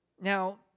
Now